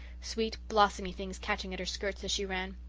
sweet blossomy things catching at her skirts as she ran.